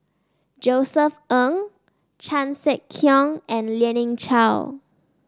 Josef Ng Chan Sek Keong and Lien Ying Chow